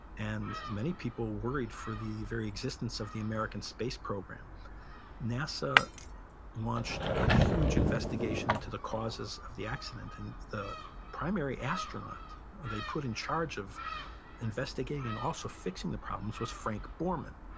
and many people worried for the very existence of the american space program nasa launched a huge investigation into the causes of the accident. and the primary astronaut they put in charge of investigating and also fixing the problems was frank borman,